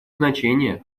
значение